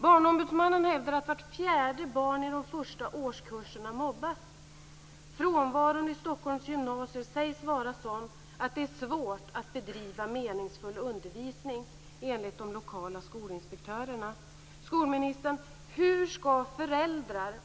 Barnombudsmannen hävdar att vart fjärde barn i de första årskurserna mobbas. Frånvaron i Stockholms gymnasier sägs vara sådan att det är svårt att bedriva meningsfull undervisning, enligt de lokala skolinspektörerna.